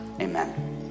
Amen